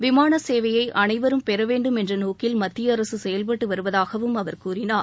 விமானசேவையை அனைவரும் பெறவேண்டும் என்ற நோக்கில் மத்திய அரசு செயல்பட்டு வருவதாகவும் அவர் கூறினார்